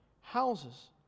houses